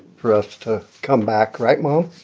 for us to come back. right, mom?